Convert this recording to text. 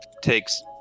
Takes